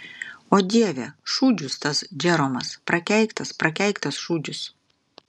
o dieve šūdžius tas džeromas prakeiktas prakeiktas šūdžius